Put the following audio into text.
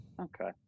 okay